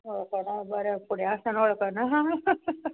वळख बरें फुडें आसतना वळखना